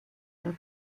der